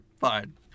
fine